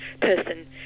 person